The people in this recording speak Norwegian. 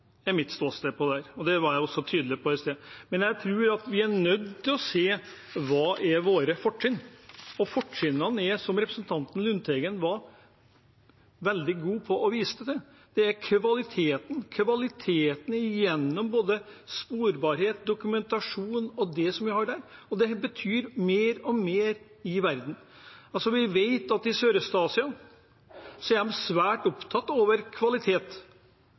Det er mitt ståsted, og det var jeg også tydelig på i stad. Men jeg tror vi er nødt til å se på hva som er våre fortrinn. Og fortrinnene er, som representanten Lundteigen var veldig god på og viste til: kvaliteten – både gjennom sporbarhet og dokumentasjon. Og det betyr mer og mer i verden. Vi vet at i Sørøst-Asia er de svært opptatt av kvalitet.